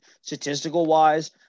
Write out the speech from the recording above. Statistical-wise